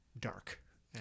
dark